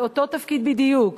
לאותו תפקיד בדיוק,